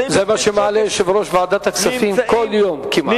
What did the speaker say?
זה מה שמעלה יושב-ראש ועדת הכספים כל יום כמעט.